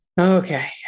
Okay